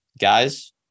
Guys